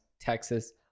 Texas